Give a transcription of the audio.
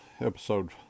episode